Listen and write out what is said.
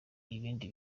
ibindi